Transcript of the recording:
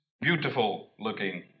beautiful-looking